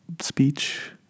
speech